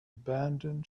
abandoned